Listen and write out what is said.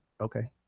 Okay